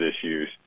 issues